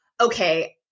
okay